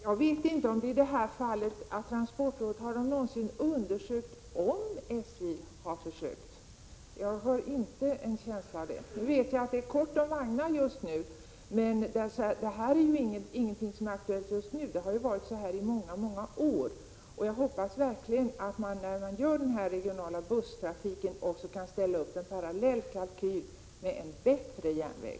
Herr talman! Jag vet inte om transportrådet någonsin undersökt om SJ har försökt. Jag har inte någon känsla av det. Jag vet att det är kort om vagnar just nu, men detta är ingenting som är nytt för oss just nu, det har varit så i många år. Jag hoppas verkligen att man, när man gör denna regionala busstrafik, också kan ställa upp en parallell kalkyl med en bättre järnväg.